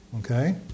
Okay